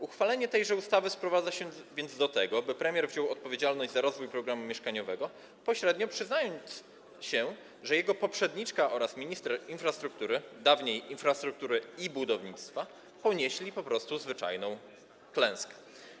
Uchwalenie tejże ustawy sprowadza się więc do tego, by premier wziął odpowiedzialność za rozwój programu mieszkaniowego, pośrednio przyznając, że jego poprzedniczka oraz minister infrastruktury, dawniej infrastruktury i budownictwa, ponieśli po prostu zwyczajną klęskę.